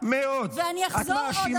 ואני אחזור עוד פעם,